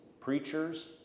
preachers